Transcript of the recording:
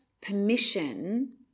permission